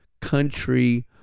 country